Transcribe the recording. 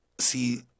see